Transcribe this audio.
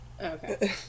Okay